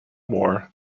more